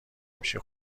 میشی